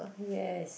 yes